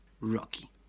Rocky